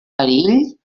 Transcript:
perill